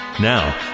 Now